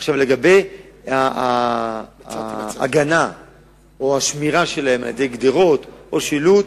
לגבי ההגנה או השמירה שלהם על-ידי גדרות או שילוט,